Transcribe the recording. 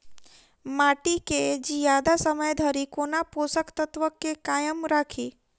माटि केँ जियादा समय धरि कोना पोसक तत्वक केँ कायम राखि?